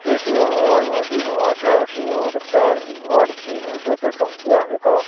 Paytm वॉलमधील माझ्या शेवटच्या रिवॉर्डची मुदत संपली आहे का